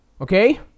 Okay